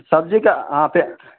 सब्जी का तो